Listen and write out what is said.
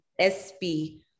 SB